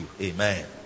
Amen